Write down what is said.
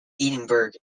edinburgh